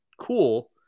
cool